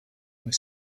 was